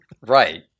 Right